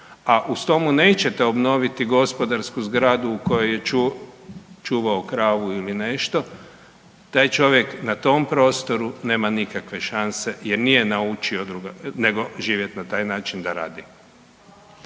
a uz to mu nećete obnoviti gospodarsku zgradu u kojoj je čuvao kravu ili nešto, taj čovjek na tom prostoru nema nikakve šanse jer nije naučio drugo nego živjeti na taj način da radi.